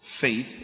faith